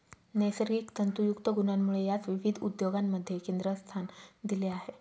नैसर्गिक तंतुयुक्त गुणांमुळे यास विविध उद्योगांमध्ये केंद्रस्थान दिले आहे